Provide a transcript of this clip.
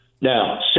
Now